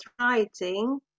writing